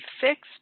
fixed